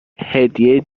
هدیه